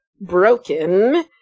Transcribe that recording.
broken